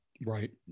Right